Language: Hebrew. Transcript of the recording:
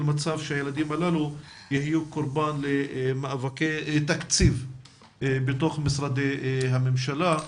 מצב שהילדים הללו יהיו קורבן למאבקי תקציב בתוך משרדי הממשלה,